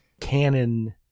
canon